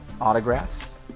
autographs